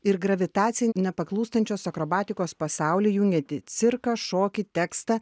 ir gravitacijai nepaklūstančius akrobatikos pasaulį jungiantį cirką šokį tekstą